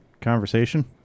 conversation